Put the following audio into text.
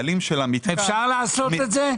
אפשר לעשות את זה?